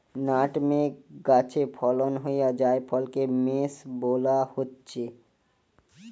nutmeg গাছে ফলন হোয়া জায়ফলকে মেস বোলা হচ্ছে